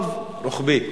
רוחבי.